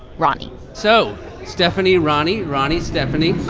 roni so stephani, roni. roni, stephani